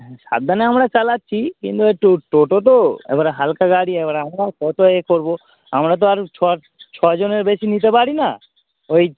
হ্যাঁ সাবধানে আমরা চালাচ্ছি কিন্ত ওই টো টোটো তো এবারে হালকা গাড়ি এবারে আমরা কত এ করবো আমরা তো আর ছ ছ জনের বেশি নিতে পারি না ওই